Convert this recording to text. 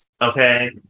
okay